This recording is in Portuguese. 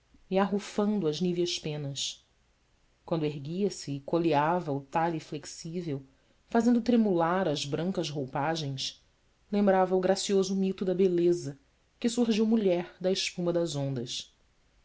e arrufando as níveas penas quando erguia-se e coleava o talhe flexível fazendo tremular as brancas roupagens lembrava o gracioso mito da beleza que surgiu mulher da espuma das ondas